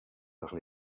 par